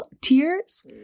tears